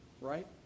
right